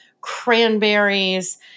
cranberries